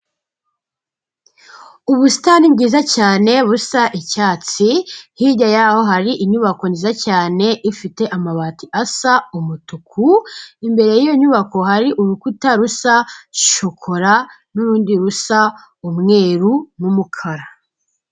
Ubusitani bwiza cyane busa icyatsi, hirya y'aho hari inyubako nziza cyane ifite amabati asa umutuku, imbere y'iyo nyubako hari urukuta rusa shokora n'urundi rusa umweru n'umukara.